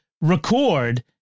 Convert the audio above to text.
record